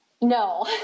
No